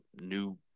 new